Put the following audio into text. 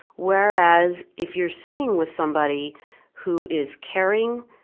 whereas if you're sitting with somebody who is caring,